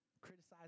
criticize